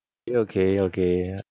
eh okay okay